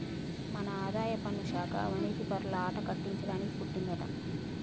మన ఆదాయపన్ను శాఖ అవనీతిపరుల ఆట కట్టించడానికి పుట్టిందంటా